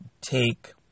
take